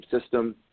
system